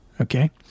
okay